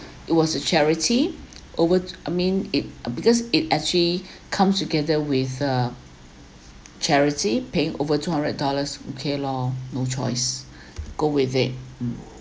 it was a charity over I mean it uh because it actually comes together with the charity paying over two hundred dollars okay lor no choice go with it mm